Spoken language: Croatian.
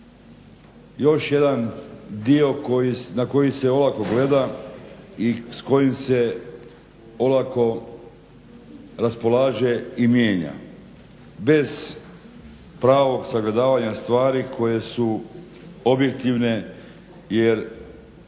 još jedan dio na koji se olako gleda i s kojim se olako raspolaže i mijenja bez pravog sagledavanja stvari koje su objektivne. Jer